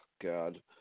God